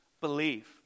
believe